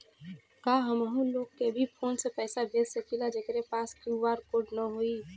का हम ऊ लोग के भी फोन से पैसा भेज सकीला जेकरे पास क्यू.आर कोड न होई?